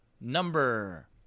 number